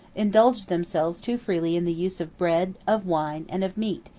indulged themselves too freely in the use of bread, of wine, and of meat,